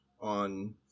on